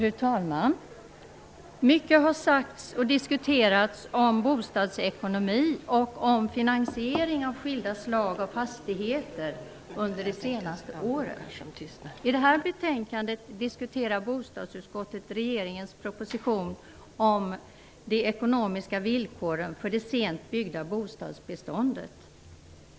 Fru talman! Mycket har sagts och diskuterats om bostadsekonomi och om finansiering av skilda slag av fastigheter under det senaste året. I det här betänkandet diskuterar bostadsutskottet regeringens proposition om de ekonomiska villkoren för det sent byggda bostadsbeståndet.